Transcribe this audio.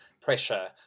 pressure